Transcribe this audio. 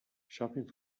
shopping